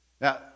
Now